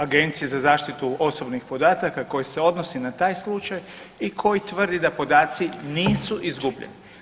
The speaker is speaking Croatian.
Agencije za zaštitu osobnih podataka koji se odnosi na taj slučaj i koji tvrdi da podaci nisu izgubljeni.